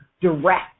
direct